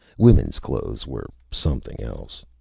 women's clothes were something else.